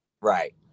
Right